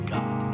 God